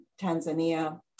Tanzania